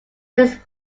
just